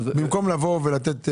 במקום לבוא ולתת עכשיו,